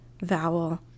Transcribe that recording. vowel